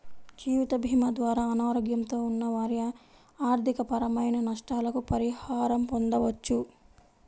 జీవితభీమా ద్వారా అనారోగ్యంతో ఉన్న వారి ఆర్థికపరమైన నష్టాలకు పరిహారం పొందవచ్చు